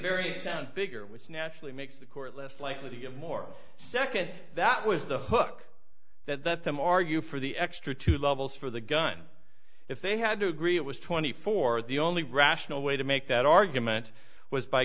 figure which naturally makes the court less likely to get more second that was the hook that that them argue for the extra two levels for the gun if they had to agree it was twenty four the only rational way to make that argument was by